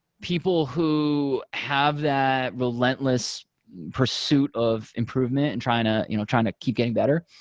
people who have that relentless pursuit of improvement and trying to you know trying to keep getting better.